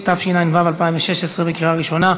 התשע"ו 2016, לקריאה ראשונה.